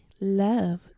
love